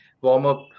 warm-up